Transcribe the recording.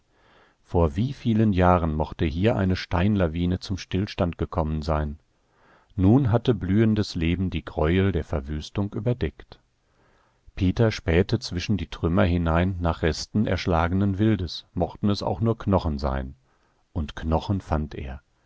vor wie vielen jahren mochte hier eine steinlawine zum stillstand gekommen sein nun hatte blühendes leben die greuel der verwüstung überdeckt peter spähte zwischen die trümmer hinein nach resten erschlagenen wildes mochten es auch nur knochen sein und knochen fand er